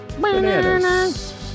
Bananas